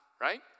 right